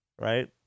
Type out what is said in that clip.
right